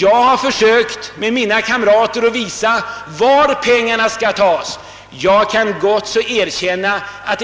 Jag och mina kamrater har försökt att visa varifrån de skall tas. Men jag kan gott erkänna att